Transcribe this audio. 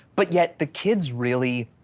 but yet the kids really